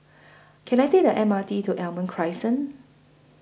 Can I Take The M R T to Almond Crescent